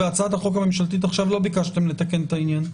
בהצעת החוק הממשלתית עכשיו לא ביקשתם לתקן את העניין.